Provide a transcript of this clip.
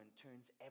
turns